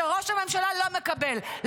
שראש הממשלה לא מקבל,